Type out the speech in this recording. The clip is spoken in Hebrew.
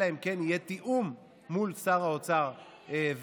אלא אם כן יהיה תיאום מול שר האוצר ולשכתו.